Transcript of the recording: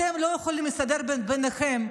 אתם לא יכולים להסתדר ביניכם,